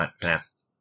finance